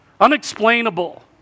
Unexplainable